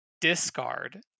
Discard